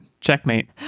checkmate